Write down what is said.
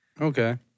Okay